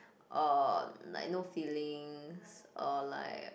uh like no feelings or like